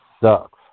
sucks